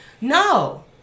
No